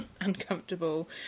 uncomfortable